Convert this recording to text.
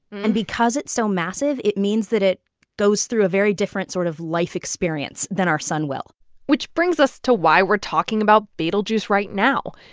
and because it's so massive, it means that it goes through a very different sort of life experience than our sun will which brings us to why we're talking about betelgeuse right now.